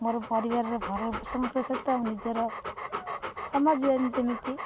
ମୋର ପରିବାରର ଭରଣ ପୋଷଣଙ୍କ କରିବା ସହିତ ମୁଁ ନିଜର ସମାଜ ଯେ ଯେମିତି